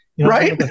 Right